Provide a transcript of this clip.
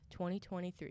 2023